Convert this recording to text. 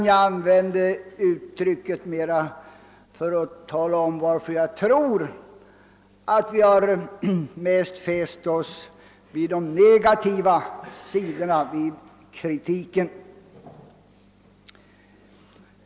Jag använde uttrycket för att tala om varför vi i vår kritik mest har fäst oss vid de negativa sidorna.